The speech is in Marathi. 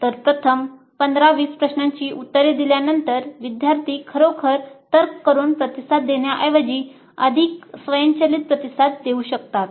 तर प्रथम 15 20 प्रश्नांची उत्तरे दिल्यानंतर विद्यार्थी खरोखर तर्क करून प्रतिसाद देण्याऐवजी अधिक स्वयंचलित प्रतिसाद देऊ शकतात